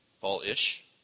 fall-ish